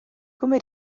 come